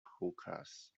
hookahs